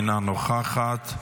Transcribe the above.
אינה נוכחת,